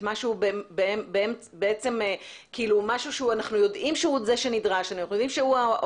את מה שאנחנו יודעים הוא זה שנדרש ואנחנו יודעים הוא האופטימלי?